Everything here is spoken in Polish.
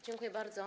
Dziękuję bardzo.